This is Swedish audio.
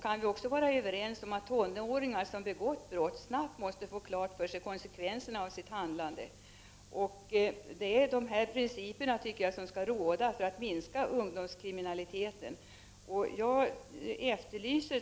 Kan vi också vara överens om att tonåringar som begått brott snabbt måste få konsekvenserna av sitt handlande klara för sig? Det är, tycker jag, de principer som skall råda för att minska ungdomskriminaliteten.